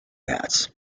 bats